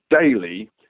daily